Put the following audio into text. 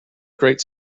great